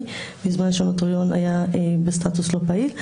בזמן שהנוטריון היה בסטטוס לא פעיל.